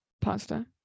pasta